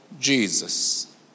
Jesus